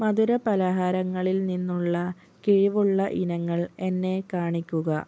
മധുരപലഹാരങ്ങളിൽ നിന്നുള്ള കിഴിവുള്ള ഇനങ്ങൾ എന്നെ കാണിക്കുക